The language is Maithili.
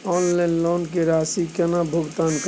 ऑनलाइन लोन के राशि केना भुगतान करबे?